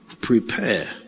prepare